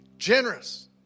generous